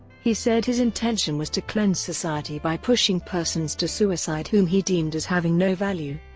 he said his intention was to cleanse society by pushing persons to suicide whom he deemed as having no value.